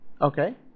Okay